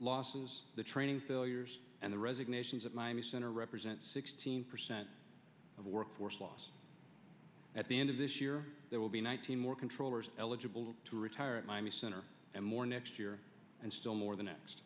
losses the training failures and the resignations of miami center represent sixteen percent of the workforce lost at the end of this year there will be nineteen more controllers eligible to retire at miami center and more next year and still more th